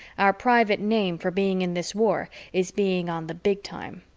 our private name for being in this war is being on the big time.